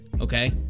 Okay